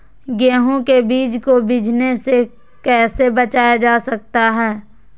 गेंहू के बीज को बिझने से कैसे बचाया जा सकता है?